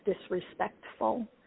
disrespectful